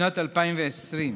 בשנת 2020,